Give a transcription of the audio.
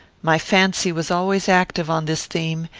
my fancy was always active on this theme,